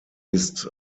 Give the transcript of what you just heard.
ist